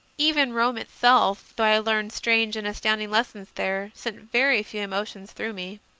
even rome itself, though i learned strange and astounding lessons there, sent very few emotions through me.